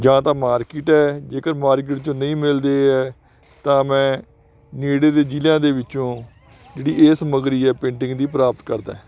ਜਾਂ ਤਾਂ ਮਾਰਕੀਟ ਹੈ ਜੇਕਰ ਮਾਰਕੀਟ 'ਚੋਂ ਨਹੀਂ ਮਿਲਦੀ ਤਾਂ ਮੈਂ ਨੇੜੇ ਦੇ ਜ਼ਿਲ੍ਹਿਆਂ ਦੇ ਵਿੱਚੋਂ ਜਿਹੜੀ ਇਸ ਸਮਗਰੀ ਆ ਪੇਂਟਿੰਗ ਦੀ ਪ੍ਰਾਪਤ ਕਰਦਾ